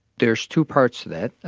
there's two parts to that.